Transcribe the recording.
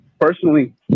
personally